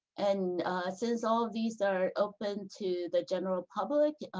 and since all these are open to the general public,